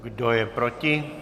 Kdo je proti?